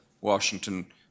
Washington